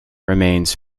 remains